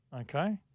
okay